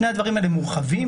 שני הדברים האלה מורחבים,